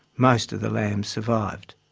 most of the lambs survived.